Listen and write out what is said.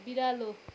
बिरालो